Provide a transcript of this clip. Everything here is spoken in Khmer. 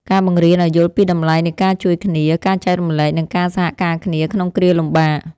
ការបង្រៀនឱ្យយល់ពីតម្លៃនៃការជួយគ្នា ការចែករំលែក និងការសហការគ្នាក្នុងគ្រាលំបាក